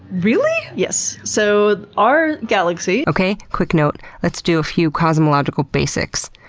really! yes. so our galaxy, okay, quick note. let's do a few cosmological basics.